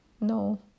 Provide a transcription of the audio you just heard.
No